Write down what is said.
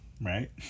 Right